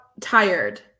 tired